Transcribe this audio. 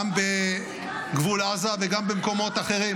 גם בגבול עזה וגם במקומות אחרים.